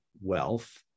wealth